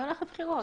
מי הולך לבחירות?